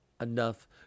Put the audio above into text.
enough